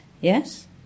yes